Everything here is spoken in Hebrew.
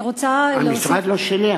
אני רוצה להוסיף, המשרד לא שלי.